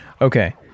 Okay